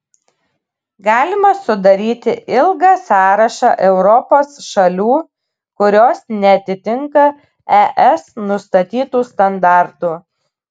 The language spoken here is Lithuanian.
galima sudaryti ilgą sąrašą europos šalių kurios neatitinka es nustatytų standartų